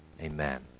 Amen